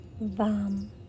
Vam